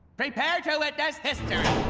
prepare to witness history!